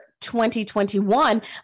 2021